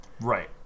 Right